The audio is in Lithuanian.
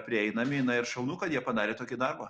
prieinami na ir šaunu kad jie padarė tokį darbą